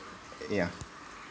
yeah